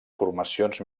formacions